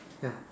ya